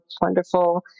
wonderful